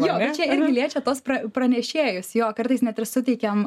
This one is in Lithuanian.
jo čia irgi liečia tos pra pranešėjus jo kartais net ir suteikiam